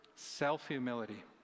self-humility